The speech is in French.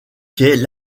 quais